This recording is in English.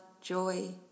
joy